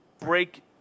break